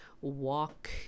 walk